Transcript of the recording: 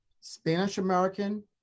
Spanish-American